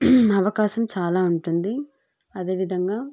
అవకాశం చాలా ఉంటుంది అదేవిధంగా